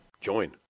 Join